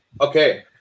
Okay